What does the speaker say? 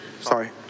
Sorry